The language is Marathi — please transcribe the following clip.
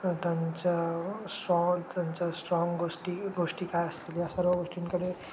त्यांच्या स्ट्रॉंग त्यांच्या स्ट्राँग गोष्टी गोष्टी काय असतील या सर्व गोष्टींकडे